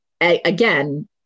Again